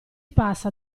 passa